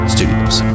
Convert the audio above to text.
Studios